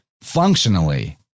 functionally